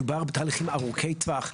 מדבור בתהליכים ארוכי-טווח.